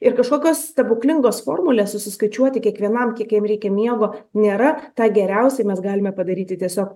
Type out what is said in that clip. ir kažkokios stebuklingos formulės susiskaičiuoti kiekvienam kiek jam reikia miego nėra tą geriausiai mes galime padaryti tiesiog